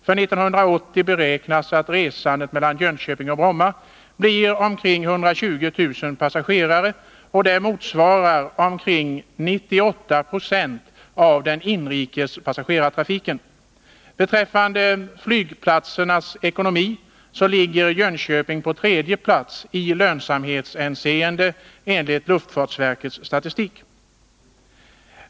För 1980 beräknas att resandet mellan Jönköping och Bromma omfattar ca 120 000 passagerare, och det motsvarar ca 98 96 av den inrikes passagerartrafiken med Jönköping. Beträffande flygplatsernas eko Nr 53 nomi ligger Jönköpings flygplats på tredje plats i lönsamhetshänseende enligt luftfartsverkets statistik.